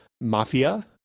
Mafia